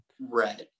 right